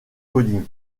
coding